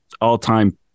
all-time